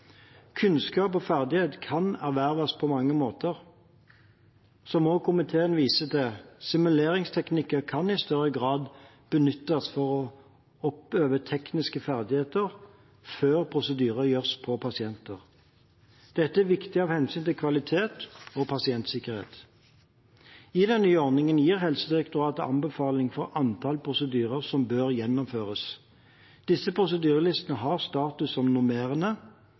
Kunnskap og ferdigheter kan erverves på mange måter. Som også komiteen viser til, kan simuleringsteknikker i større grad benyttes for å oppøve tekniske ferdigheter før prosedyrer gjennomføres på pasienter. Dette er viktig av hensyn til kvalitet og pasientsikkerhet. I den nye ordningen gir Helsedirektoratet en anbefaling for antall prosedyrer som bør gjennomføres. Disse prosedyrelistene har status som normerende,